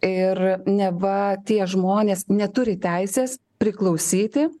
ir neva tie žmonės neturi teisės priklausyti